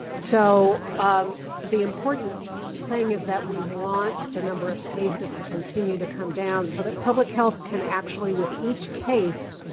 so um the the important thing is that we want the number of cases to continue to come down so that public health can actually, with each case,